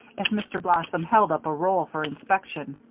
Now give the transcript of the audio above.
as mr. blossom held up a roll for inspection.